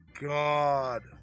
God